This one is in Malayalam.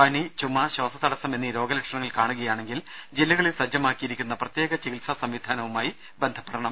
പനി ചുമ ശ്വാസതടസ്സം എന്നീ രോഗലക്ഷണങ്ങൾ കാണുകയാണെങ്കിൽ ജില്ലകളിൽ സജ്ജമായിരിക്കുന്ന പ്രത്യേക ചികിത്സാ സംവിധാനവുമായി ബന്ധപ്പെടണം